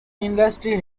industry